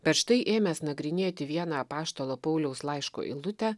bet štai ėmęs nagrinėti vieną apaštalo pauliaus laiško eilutę